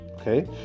Okay